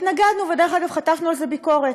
התנגדנו, ודרך אגב, חטפנו על זה ביקורת